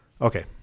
okay